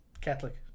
Catholic